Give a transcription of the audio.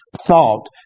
thought